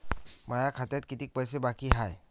माया खात्यात कितीक पैसे बाकी हाय?